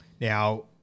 Now